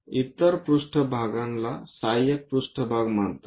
इतर पृष्ठभागाला सहाय्यक पृष्ठभाग म्हणतात